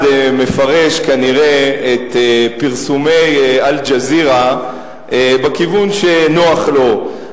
כל אחד מפרש כנראה את פרסומי "אל-ג'זירה" בכיוון שנוח לו.